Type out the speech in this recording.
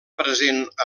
present